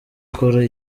akora